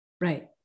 right